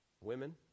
Women